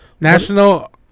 National